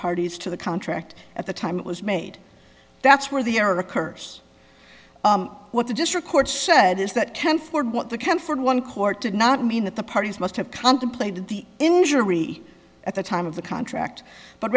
parties to the contract at the time it was made that's where the error or a curse what the district court said is that ken forgot the comfort one court did not mean that the parties must have contemplated the injury at the time of the contract but